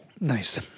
Nice